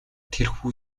тэрхүү